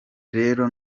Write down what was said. rero